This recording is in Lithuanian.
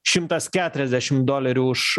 šimtas keturiasdešim dolerių už